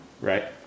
right